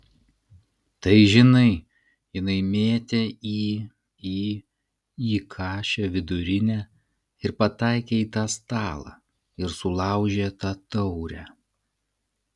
tai žinai jinai mėtė į į į kašę vidurinę ir pataikė į tą stalą ir sulaužė tą taurę